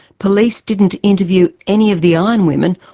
police didn't interview any of the ironwomen,